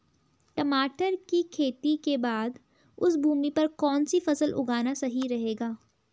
टमाटर की खेती के बाद उस भूमि पर कौन सी फसल उगाना सही रहेगा?